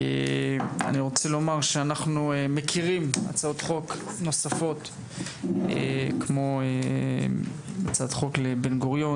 אני רוצה לומר שאנחנו מכירים הצעות חוק נוספות כמו הצעת חוק לבן גוריון,